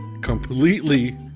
completely